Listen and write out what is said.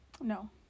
no